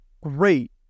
great